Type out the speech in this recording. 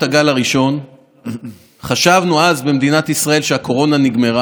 אדוני, זה, בכל הכבוד, הפוך מדמוקרטיה לגמרי,